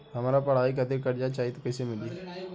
हमरा पढ़ाई खातिर कर्जा चाही त कैसे मिली?